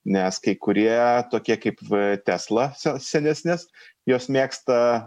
nes kai kurie tokie kaip v tesla senesnes jos mėgsta